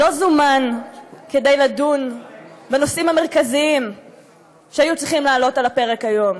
לא זומן כדי לדון בנושאים המרכזיים שהיו צריכים לעלות על הפרק היום.